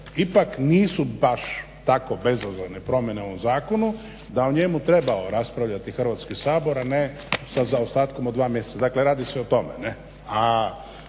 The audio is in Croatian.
ipak nisu baš tako bezazlene promjene u ovom zakonu, da je o njemu trebao raspravljati Hrvatski sabor a ne sa zaostatkom od 2 mjeseca. Dakle, radi se o tome